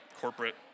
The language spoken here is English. corporate